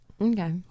Okay